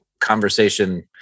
conversation